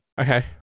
Okay